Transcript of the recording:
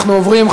אנחנו עוברים,